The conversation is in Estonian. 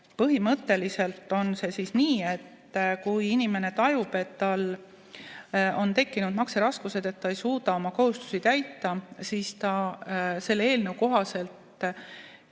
Põhimõtteliselt on nii, et kui inimene tajub, et tal on tekkinud makseraskused, et ta ei suuda oma kohustusi täita, siis ta selle eelnõu kohaselt